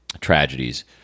tragedies